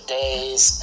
days